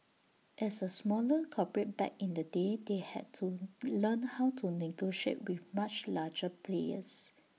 as A smaller corporate back in the day they had to learn how to negotiate with much larger players